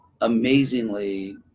amazingly